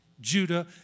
Judah